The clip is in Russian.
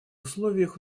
условиях